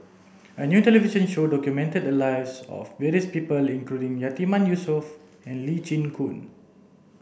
a new television show documented the lives of various people including Yatiman Yusof and Lee Chin Koon